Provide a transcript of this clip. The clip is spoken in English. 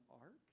ark